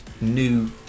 new